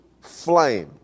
flame